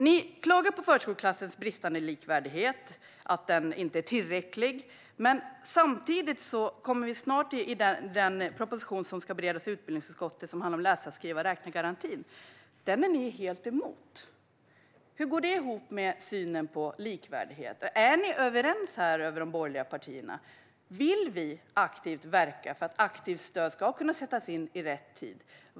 Ni klagar på förskoleklassens bristande likvärdighet och på att den inte är tillräcklig. Men vi ska snart bereda den proposition som handlar om läsa-skriva-räkna-garantin i utbildningsutskottet. Den är ni helt emot. Hur går det ihop med synen på likvärdighet? Är ni överens i de borgerliga partierna? Vill ni verka för att aktivt stöd ska kunna sättas in i rätt tid?